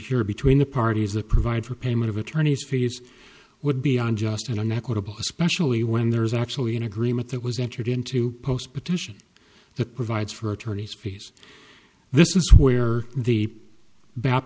here between the parties that provide for payment of attorneys fees would be unjust and inequitable especially when there's actually an agreement that was entered into post petition that provides for attorney's fees this is where the ba